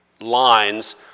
lines